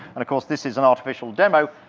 and of course, this is an artificial demo,